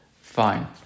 Fine